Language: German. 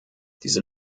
diese